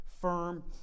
firm